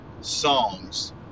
songs